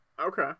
Okay